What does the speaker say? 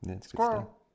Squirrel